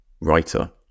writer